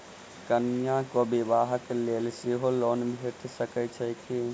कन्याक बियाह लेल सेहो लोन भेटैत छैक की?